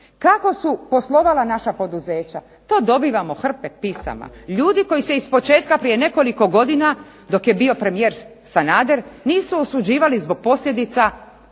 Kako su poslovala naša poduzeća? To dobivamo hrpe pisama. Ljudi koji su iz početka prije nekoliko godina dok je bio premijer Sanader nisu osuđivali zbog posljedica